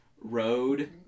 road